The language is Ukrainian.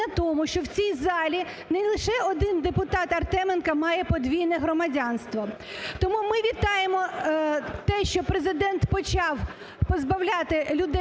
тому, що в цій залі не лише один депутат Артеменко має подвійне громадянство, тому ми вітаємо те, що Президент почав позбавляти людей